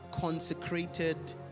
consecrated